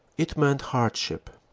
it meant hardship.